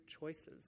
choices